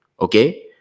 okay